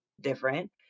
different